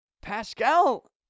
Pascal